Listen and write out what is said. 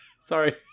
Sorry